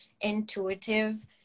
intuitive